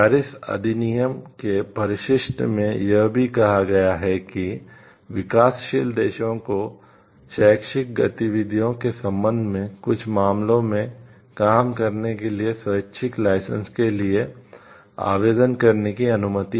Paris अधिनियम के परिशिष्ट में यह भी कहा गया है कि विकासशील देशों को शैक्षिक गतिविधियों के संबंध में कुछ मामलों में काम करने के लिए स्वैच्छिक लाइसेंस के लिए आवेदन करने की अनुमति है